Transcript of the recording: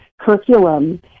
curriculum